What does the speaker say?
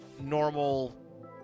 normal